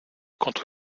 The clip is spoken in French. contre